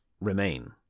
remain